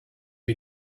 you